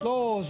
זה לא זהו.